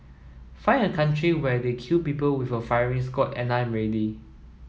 find a country where they kill people with a firing squad and I'm ready